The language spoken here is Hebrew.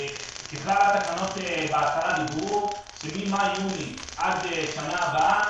התקנות דיברו שממאי-יוני עד שנה הבאה,